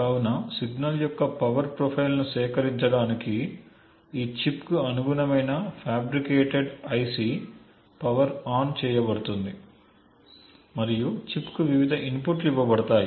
కావున సిగ్నల్ యొక్క పవర్ ప్రొఫైల్ను సేకరించడానికి ఈ చిప్కు అనుగుణమైన ఫ్యాబ్రికేటెడ్ ఐసి పవర్ ఆన్ చేయబడుతుంది మరియు చిప్కు వివిధ ఇన్పుట్లు ఇవ్వబడతాయి